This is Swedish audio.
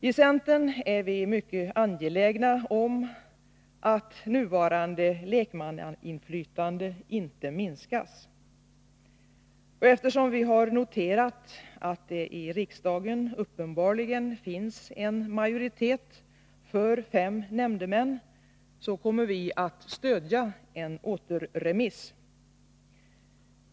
I centern är vi mycket angelägna om att nuvarande lekmannainflytande inte minskas. Eftersom vi noterat att det i riksdagen uppenbarligen finns en majoritet för fem nämndemän, kommer vi att stödja en återremiss.